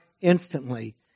instantly